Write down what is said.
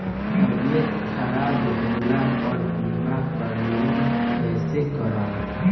तबियत खराब होला पर बीमा क्लेम कैसे करम?